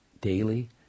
daily